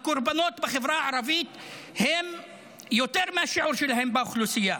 הקורבנות בחברה הערבית הם יותר מהשיעור שלהם באוכלוסייה.